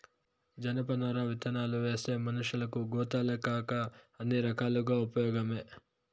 జనపనార విత్తనాలువేస్తే మనషులకు, గోతాలకేకాక అన్ని రకాలుగా ఉపయోగమే